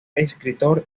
escritor